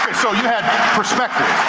so you had perspective?